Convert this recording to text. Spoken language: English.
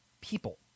people